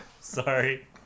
Sorry